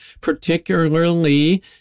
particularly